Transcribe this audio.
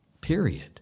Period